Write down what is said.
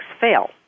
fail